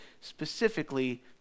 specifically